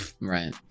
Right